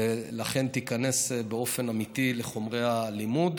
ולכן תיכנס באופן אמיתי לחומרי הלימוד.